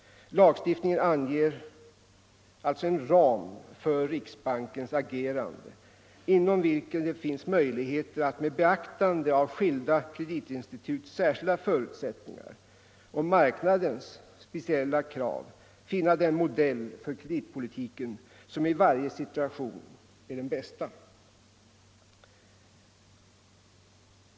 Lagstiftningen anger alltså en ram för riksbankens agerande, inom vilken det finns möjligheter att med beaktande av skilda kreditinstituts särskilda förutsättningar och marknadens speciella krav använda den modell för kreditpolitiken som i varje situation är den bästa.